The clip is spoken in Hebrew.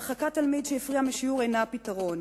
הרחקת תלמיד שהפריע משיעור אינה הפתרון.